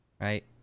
right